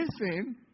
listen